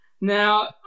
Now